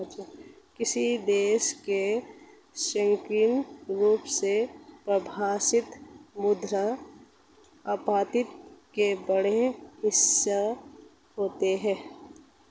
किसी देश की संकीर्ण रूप से परिभाषित मुद्रा आपूर्ति का बड़ा हिस्सा होता है